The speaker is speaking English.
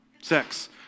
sex